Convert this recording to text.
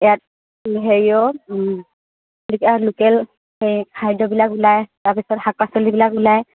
ইয়াত হেৰিও কি বুলি কয় লোকেল এই খাদ্যবিলাক ওলায় তাৰপিছত শাক পাচলিবিলাক ওলায়